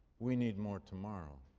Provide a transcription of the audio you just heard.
we need more tomorrow.